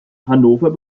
hannover